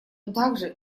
также